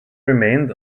remained